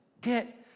get